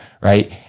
right